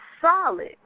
solid